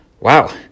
Wow